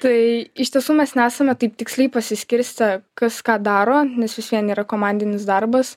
tai iš tiesų mes nesame taip tiksliai pasiskirstę kas ką daro nes vis vien yra komandinis darbas